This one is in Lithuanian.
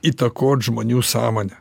įtakot žmonių sąmonę